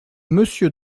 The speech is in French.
monsieur